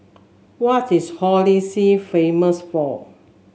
what is Holy See famous for